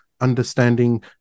understanding